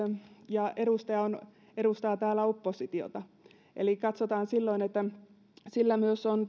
ja edustaja edustaa täällä oppositiota eli katsotaan silloin että myös sillä